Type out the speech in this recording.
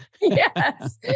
Yes